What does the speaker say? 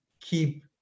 keep